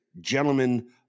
gentlemen